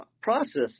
processes